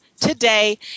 today